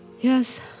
Yes